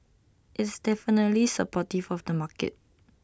it's definitely supportive of the market